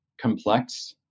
complex